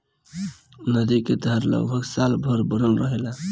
नदी क धार लगभग साल भर बनल रहेला